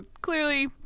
clearly